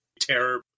terror